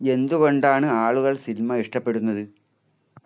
എന്തുകൊണ്ടാണ് ആളുകൾ സിനിമ ഇഷ്ടപ്പെടുന്നത്